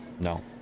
No